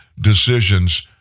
decisions